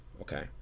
Okay